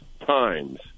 times